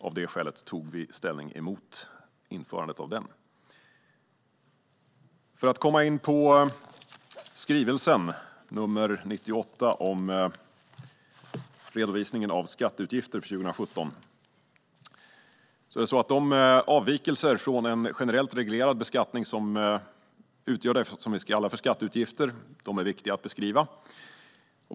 Av dessa skäl tog vi ställning mot införandet av denna skatt. Så till regeringens skrivelse, Redovisning av skatter för 2017 . De avvikelser från en generellt reglerad beskattning som utgör det vi kallar för skatteutgifter är viktiga att beskriva.